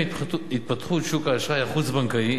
עם התפתחות שוק האשראי החוץ-בנקאי,